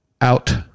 Out